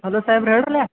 hello ಸಾಹೇಬ್ರೆ ಹೇಳ್ರಲ್ಲಾ